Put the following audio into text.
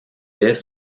dès